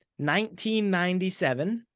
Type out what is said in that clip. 1997